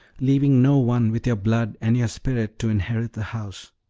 leaving no one with your blood and your spirit to inherit the house.